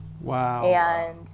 Wow